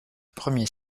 premier